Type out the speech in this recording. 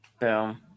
Boom